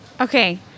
Okay